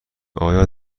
آیا